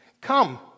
come